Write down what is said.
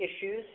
issues